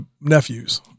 nephews